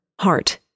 heart